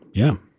yeah,